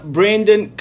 Brandon